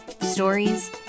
Stories